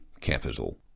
capital